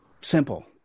Simple